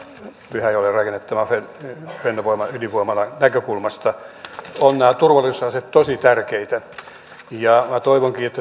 pyhäjoelle rakennettavan fennovoiman ydinvoimalan näkökulmasta ovat nämä turvallisuusasiat tosi tärkeitä toivonkin että